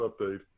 Update